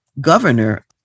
governor